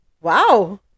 wow